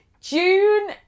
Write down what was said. June